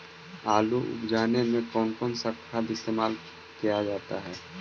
आलू उप जाने में कौन कौन सा खाद इस्तेमाल क्या जाता है?